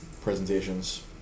presentations